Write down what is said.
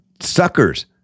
suckers